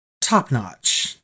top-notch